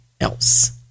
else